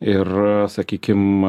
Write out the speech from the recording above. ir sakykim